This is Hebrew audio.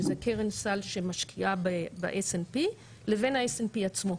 שזו קרן סל שמשקיעה ב-s&p לבין ה-s&p עצמו,